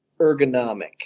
ergonomic